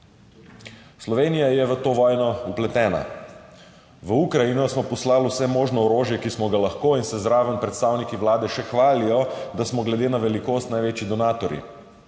Slovenija je v to vojno vpletena. V Ukrajino smo poslali vse možno orožje, ki smo ga lahko, in se zraven predstavniki Vlade še hvalijo, da smo glede na velikost največji donatorji.